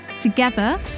together